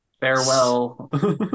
Farewell